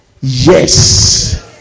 Yes